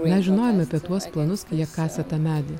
mes žinojome apie tuos planus kai jie kasė tą medį